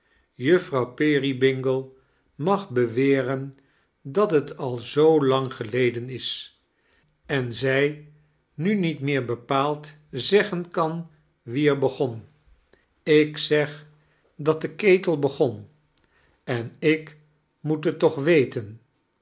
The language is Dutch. juffrouw peerybingle mag beweren dat t al zoo lang geleden is en zij nu niet meer bepaald sseggen kan wde er begon ik zeg dat de ketel begon en ik moet het toch weten